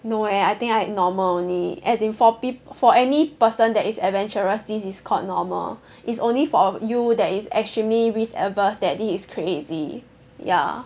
no leh I think I normal only as in for people for any person that is adventurous this is called normal it's only for you that is extremely risk averse that this is crazy ya